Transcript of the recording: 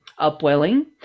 Upwelling